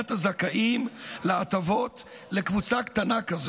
הזכאים להטבות לקבוצה קטנה כזאת.